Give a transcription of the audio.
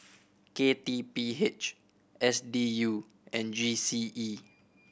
K T P H S D U and G C E